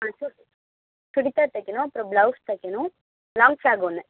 ஆ சுடிதார் தைக்கணும் அப்புறம் ப்ளவுஸ் தைக்கணும் லாங் ஃப்ராக் ஒன்று